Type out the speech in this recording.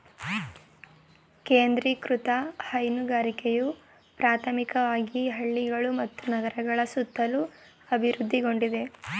ಕೇಂದ್ರೀಕೃತ ಹೈನುಗಾರಿಕೆಯು ಪ್ರಾಥಮಿಕವಾಗಿ ಹಳ್ಳಿಗಳು ಮತ್ತು ನಗರಗಳ ಸುತ್ತಲೂ ಅಭಿವೃದ್ಧಿಗೊಂಡಿದೆ